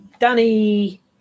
Danny